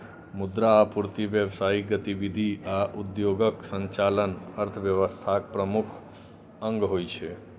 मुद्रा आपूर्ति, व्यावसायिक गतिविधि आ उद्योगक संचालन अर्थव्यवस्थाक प्रमुख अंग होइ छै